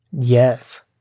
Yes